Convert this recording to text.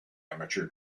amateur